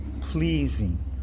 pleasing